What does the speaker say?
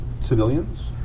civilians